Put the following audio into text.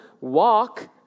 Walk